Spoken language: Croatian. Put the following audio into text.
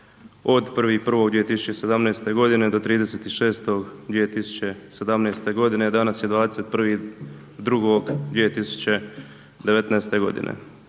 od 1.1.2017. godine do 30.6.2017. godine a danas je 21.2.2019. godine.